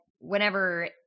Whenever